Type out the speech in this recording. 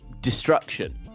destruction